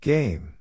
Game